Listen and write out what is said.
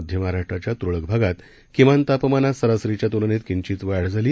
मध्यमहाराष्ट्राच्यातुरळकभागातकिमानतापमानातसरासरीच्यातुलनेतकिंचितवाढझाली